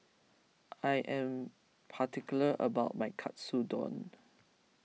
I am particular about my Katsudon